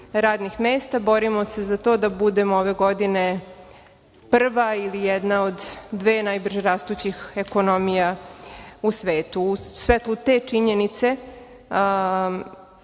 radnih mesta. Borimo se za to da budemo ove godine prva ili jedna od dve najbrže rastućih ekonomija u svetu.U svetlu te činjenice,